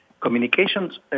Communications